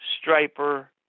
Striper